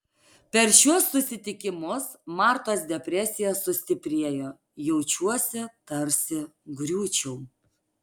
per šiuos susitikimus martos depresija sustiprėjo jaučiuosi tarsi griūčiau